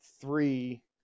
three